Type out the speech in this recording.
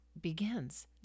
begins